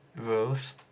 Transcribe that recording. rules